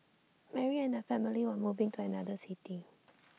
Mary and her family were moving to another city